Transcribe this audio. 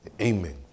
Amen